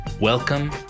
Welcome